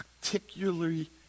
particularly